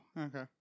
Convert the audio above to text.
okay